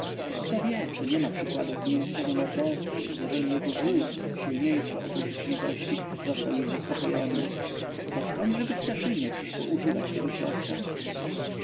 kto wie czy niema przykładów zmiękczenia mordercy jeżeli jego głód silniejszy od uczuć litości został już zaspokojony bo zkądżeby ptaszynie przyszło używać tego środka